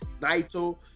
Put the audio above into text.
Naito